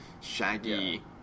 Shaggy